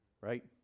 right